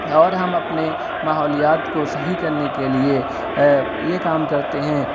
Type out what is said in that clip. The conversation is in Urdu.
اور ہم اپنے ماحولیات کو صحیح کرنے کے لیے یہ کام کرتے ہیں